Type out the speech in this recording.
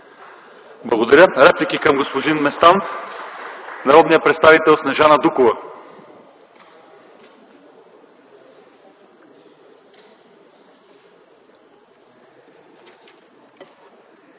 Благодаря. Има ли реплики към господин Местан? Народният представител Снежана Дукова.